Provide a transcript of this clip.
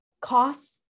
costs